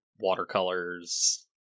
watercolors